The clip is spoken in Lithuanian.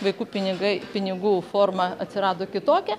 vaikų pinigai pinigų forma atsirado kitokia